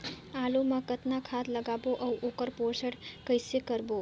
आलू मा कतना खाद लगाबो अउ ओकर पोषण कइसे करबो?